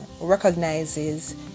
recognizes